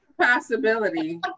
Possibility